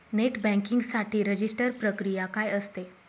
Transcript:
Net banking साठी register प्रक्रिया काय असते?